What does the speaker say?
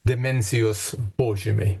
demencijos požymiai